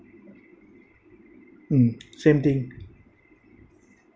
mm same thing